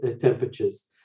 temperatures